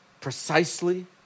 precisely